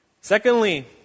Secondly